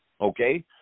Okay